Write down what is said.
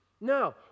No